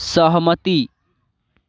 सहमति